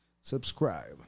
Subscribe